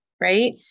right